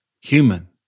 Human